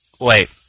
Wait